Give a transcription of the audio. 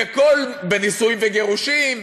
בנישואים וגירושים,